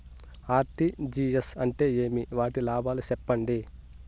RTGS అంటే ఏమి? వాటి లాభాలు సెప్పండి?